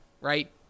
Right